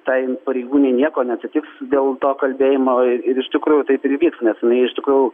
tai pareigūnei nieko neatsitiks dėl to kalbėjimo ir ir iš tikrųjų taip ir įvyks nes jinai iš tikrųjų